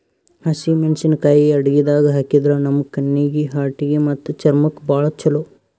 ಹಸಿಮೆಣಸಿಕಾಯಿ ಅಡಗಿದಾಗ್ ಹಾಕಿದ್ರ ನಮ್ ಕಣ್ಣೀಗಿ, ಹಾರ್ಟಿಗಿ ಮತ್ತ್ ಚರ್ಮಕ್ಕ್ ಭಾಳ್ ಛಲೋ